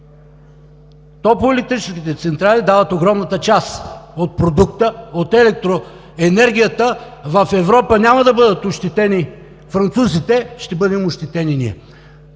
топлоелектрическите централи дават огромната част от продукта, от електроенергията, в Европа няма да бъдат ощетени французите, ще бъдем ощетени ние.